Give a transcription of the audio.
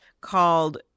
called